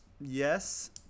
Yes